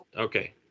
Okay